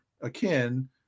Akin